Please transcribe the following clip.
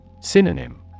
Synonym